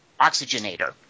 oxygenator